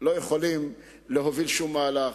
לא יכולים להוביל שום מהלך,